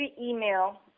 email